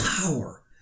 power